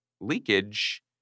leakage